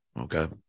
Okay